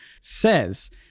says